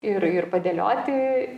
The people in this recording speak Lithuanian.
ir ir padėlioti